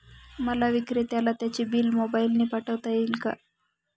मला विक्रेत्याला त्याचे बिल मोबाईलने पाठवता येईल का?